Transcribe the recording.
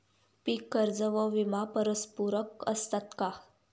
पीक कर्ज व विमा परस्परपूरक असतात का?